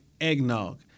eggnog